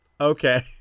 Okay